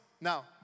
Now